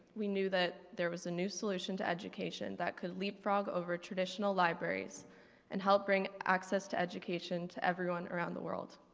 we knew that there was a new solution to education that could leapfrog over traditional libraries and help bring access to education to everyone around the world.